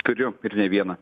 turiu ir ne vieną